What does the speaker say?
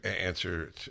answer